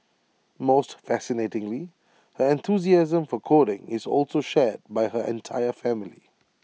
most fascinatingly her enthusiasm for coding is also shared by her entire family